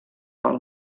pel